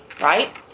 Right